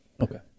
okay